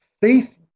faith